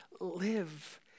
live